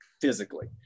physically